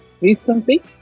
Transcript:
recently